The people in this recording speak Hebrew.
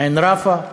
עין-ראפה,